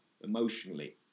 emotionally